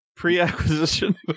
pre-acquisition